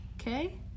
okay